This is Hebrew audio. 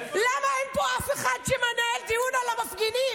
למה אין פה אף אחד שמנהל דיון על המפגינים?